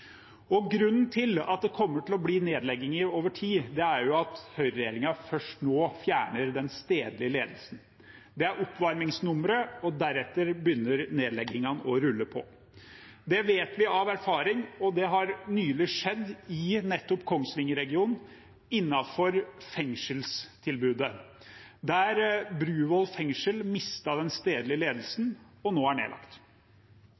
Grunnen til at det kommer til å bli nedlegginger over tid, er at høyreregjeringen nå først fjerner den stedlige ledelsen. Det er oppvarmingsnummeret, og deretter begynner nedleggingene å rulle på. Det vet vi av erfaring. Det har nylig skjedd i nettopp Kongsvinger-regionen innenfor fengselstilbudet. Bruvoll fengsel mistet den stedlige